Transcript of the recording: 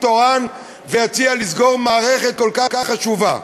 תורן ויציע לסגור מערכת כל כך חשובה.